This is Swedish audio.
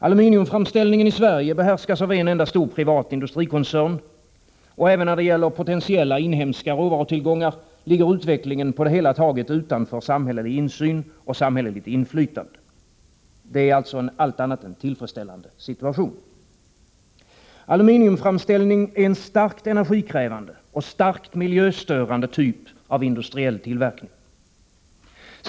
Aluminiumframställningen i Sverige behärskas av en enda stor privat industrikoncern, och även när det gäller potentiella inhemska råvarutillgångar ligger utvecklingen på det hela taget utanför samhällelig insyn och samhälleligt inflytande. Det är en allt annat än tillfredsställande situation. Aluminiumframställning är en starkt energikrävande och starkt miljöstörande typ av industriell tillverkning.